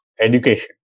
education